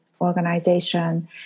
organization